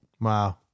Wow